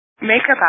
makeup